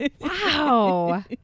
Wow